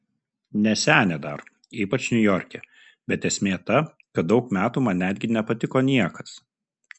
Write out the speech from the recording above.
ne senė dar ypač niujorke bet esmė ta kad daug metų man netgi nepatiko niekas